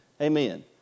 Amen